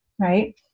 right